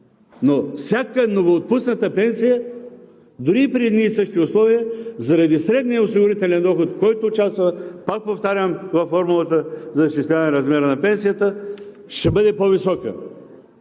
но всяка новоотпусната пенсия дори при едни и същи условия заради средния осигурителен доход, който участва, пак повтарям, във формулата за изчисляване размера на пенсията, ще бъде по-висока.